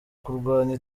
kurwanya